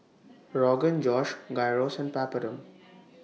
Rogan Josh Gyros and Papadum